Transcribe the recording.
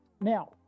now